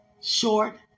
short